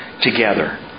together